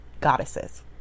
goddesses